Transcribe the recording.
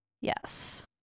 yes